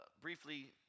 briefly